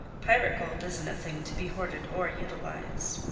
pirate gold isn't a thing to be hoarded or utilized.